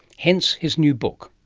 hence, his new book.